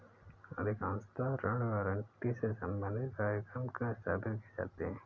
अधिकांशतः ऋण गारंटी से संबंधित कार्यक्रम क्यों स्थापित किए जाते हैं?